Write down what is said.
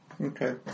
Okay